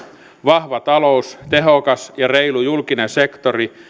vahva talous tehokas ja reilu julkinen sektori